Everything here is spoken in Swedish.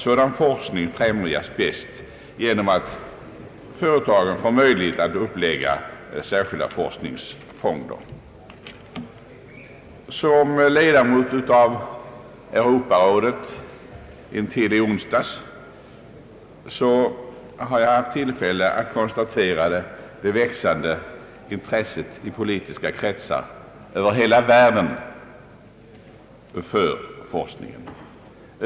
Sådan forskning främjas bäst genom att företagen får möjlighet att upplägga särskilda forskningsfonder. Som ledamot av Europarådet intill i onsdags har jag haft tillfälle att konstatera det växande intresset i politiska kretsar över hela världen för forskning.